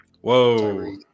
Whoa